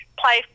play